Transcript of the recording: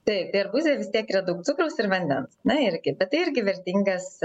taip tai arbūze vis tiek yra daug cukraus ir vandens na ir kita tai irgi vertingas